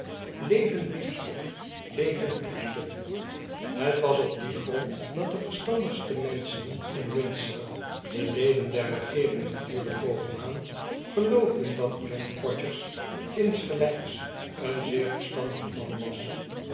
biefstuk levend biefstuk het was op dien grond dat de verstandigste menschen in windsor de leden der regeering natuurlp boven aan geloofden dat john podgers insgelps een zeer verstandig man was